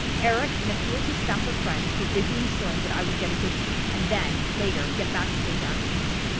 eric and a few of his staffer friends were busy ensuring that i would get a good seat and then later get backstage access.